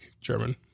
German